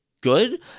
good